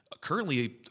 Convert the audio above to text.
currently